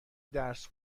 درس